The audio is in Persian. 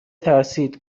ترسید